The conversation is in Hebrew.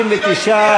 59,